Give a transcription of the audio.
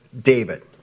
David